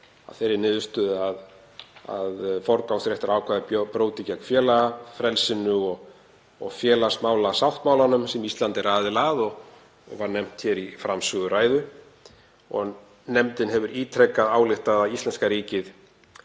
þeirri niðurstöðu að forgangsréttarákvæði brjóti gegn félagafrelsinu og félagsmálasáttmálanum sem Ísland er aðili að og var nefnt í framsöguræðu. Nefndin hefur ítrekað ályktað að íslenska ríkið